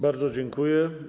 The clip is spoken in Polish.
Bardzo dziękuję.